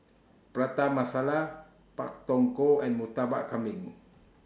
Prata Masala Pak Thong Ko and Murtabak Kambing